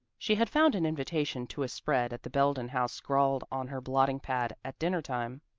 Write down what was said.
she had found an invitation to a spread at the belden house scrawled on her blotting pad at dinner time,